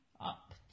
up